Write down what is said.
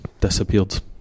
disappeared